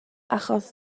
achos